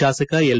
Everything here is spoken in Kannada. ಶಾಸಕ ಎಲ್